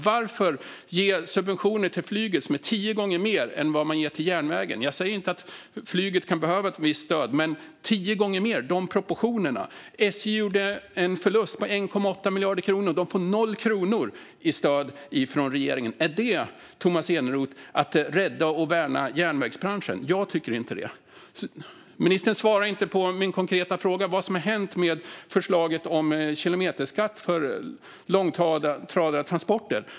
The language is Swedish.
Varför ge tio gånger större subventioner till flyget än till järnvägen? Jag säger inte att flyget inte kan behöva ett visst stöd, men tio gånger mer skapar fel proportioner. SJ gjorde en förlust på 1,8 miljarder kronor, och de får noll kronor i stöd från regeringen. Är det att rädda och värna järnvägsbranschen, Tomas Eneroth? Jag tycker inte det. Ministern svarade inte på min konkreta fråga vad som har hänt med förslaget om kilometerskatt för långtradartransporter.